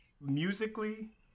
musically